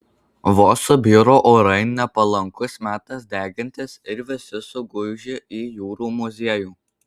vos subjuro orai nepalankus metas degintis ir visi suguži į jūrų muziejų